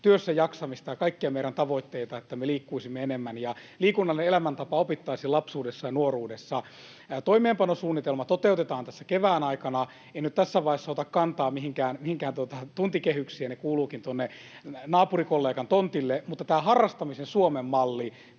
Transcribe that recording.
työssä jaksamista ja kaikkia meidän tavoitteita, jos me liikkuisimme enemmän ja liikunnallinen elämäntapa opittaisiin lapsuudessa ja nuoruudessa. Toimeenpanosuunnitelma toteutetaan tässä kevään aikana. En nyt tässä vaiheessa ota kantaa mihinkään tuntikehyksiin, ja ne kuuluvatkin tuonne naapurikollegan tontille, mutta tämä harrastamisen Suomen malli,